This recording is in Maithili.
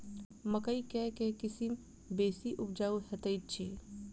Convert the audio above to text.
मकई केँ के किसिम बेसी उपजाउ हएत अछि?